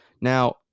Now